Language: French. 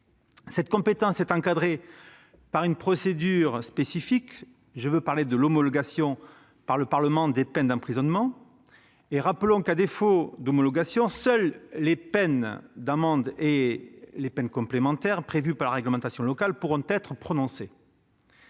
Cette compétence est encadrée par une procédure spécifique, l'homologation par le Parlement des peines d'emprisonnement. Rappelons que, à défaut d'homologation, seules les peines d'amendes et les peines complémentaires prévues par la réglementation locale pourront être prononcées.